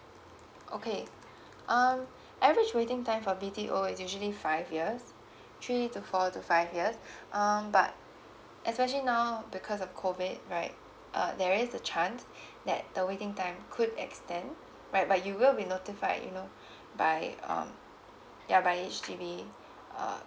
okay um average waiting time for B_T_O is usually five years three to four to five years um but especially now because of COVID right uh there is a chance that the waiting time could extend right but you will be notified you know by um ya by H_D_B uh